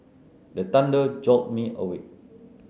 the thunder jolt me awake